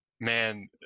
Man